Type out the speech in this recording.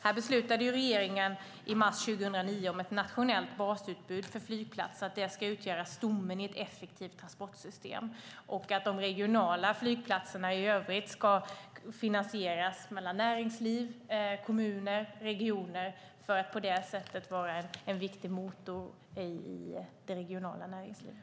Här beslutade regeringen i mars 2009 om att ett nationellt basutbud för flygplatser ska utgöra stommen i ett effektivt transportsystem och att de regionala flygplatserna i övrigt ska finansieras mellan näringsliv, kommuner och regioner för att på det sättet vara en viktig motor i det regionala näringslivet.